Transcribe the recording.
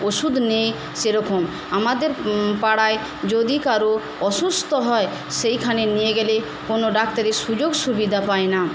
ওষুধ নেই সেরকম আমাদের পাড়ায় যদি কারো অসুস্থ হয় সেইখানে নিয়ে গেলে কোনো ডাক্তারের সুযোগ সুবিধা পায় না